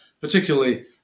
particularly